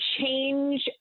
change